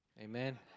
Amen